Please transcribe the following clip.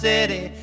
City